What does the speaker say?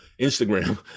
Instagram